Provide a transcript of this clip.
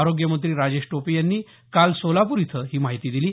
आरोग्य मंत्री राजेश टोपे यांनी काल सोलापूर इथं ही माहिती दिली